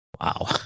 Wow